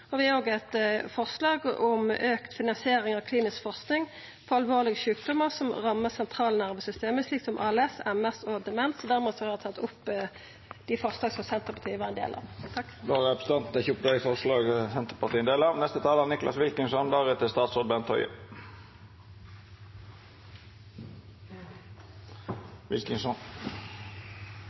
og vi har òg eit forslag om auka finansiering av klinisk forsking på alvorlege sjukdomar som rammar sentralnervesystemet, slik som ALS, MS og demens. Dermed tar eg opp forslaga frå Senterpartiet. Representanten Kjersti Toppe har teke opp dei